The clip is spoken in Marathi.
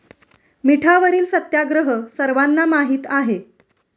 मिठावरील सत्याग्रह सर्वांना माहीत आहे